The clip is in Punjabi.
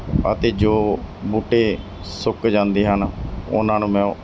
ਅਤੇ ਜੋ ਬੂਟੇ ਸੁੱਕ ਜਾਂਦੇ ਹਨ ਉਹਨਾਂ ਨੂੰ ਮੈਂ